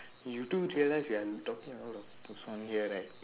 you do realize we are talking a lot of nonsense here right